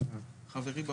חברי באוצר.